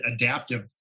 adaptive